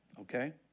okay